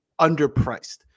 underpriced